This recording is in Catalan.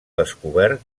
descobert